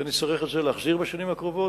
ונצטרך להחזיר את זה בשנים הקרובות.